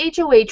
HOH